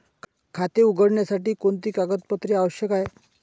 खाते उघडण्यासाठी कोणती कागदपत्रे आवश्यक आहे?